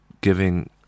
giving